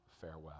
Farewell